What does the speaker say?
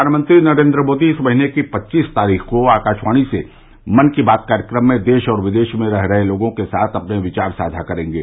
प्रधानमंत्री नरेन्द्र मोदी इस महीने की पव्वीस तारीख को आकाशवाणी से मन की बात कार्यक्रम में देश और विदेश में रह रहे लोगों के साथ अपने विचार साझा करेंगे